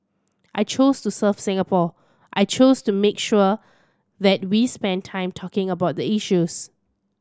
I chose to serve Singapore I chose to make sure that we spend time talking about the issues